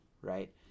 right